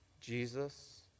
jesus